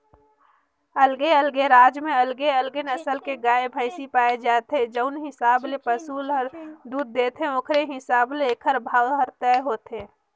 अलगे अलगे राज म अलगे अलगे नसल के गाय, भइसी पाए जाथे, जउन हिसाब ले पसु ह दूद देथे ओखरे हिसाब ले एखर भाव हर तय होथे